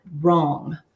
wrong